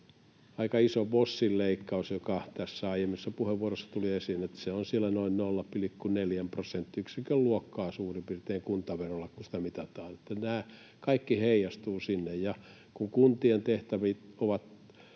aika iso VOSin leikkaus, joka aiemmissa puheenvuoroissa tuli esiin, että se on siellä suurin piirtein noin 0,4 prosenttiyksikön luokkaa, kun sitä mitataan kuntaverolla. Nämä kaikki heijastuvat sinne. Kuntien tehtävät ovat